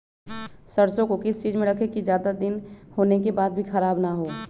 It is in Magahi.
सरसो को किस चीज में रखे की ज्यादा दिन होने के बाद भी ख़राब ना हो?